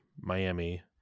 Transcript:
Miami